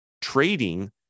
trading